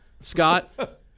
Scott